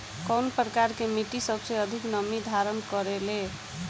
कउन प्रकार के मिट्टी सबसे अधिक नमी धारण करे ले?